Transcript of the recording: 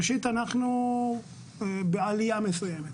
ראשית אנחנו בעלייה מסוימת,